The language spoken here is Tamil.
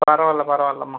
பரவால்ல பரவால்லம்மா